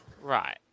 Right